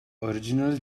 original